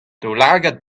daoulagad